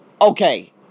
okay